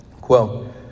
quote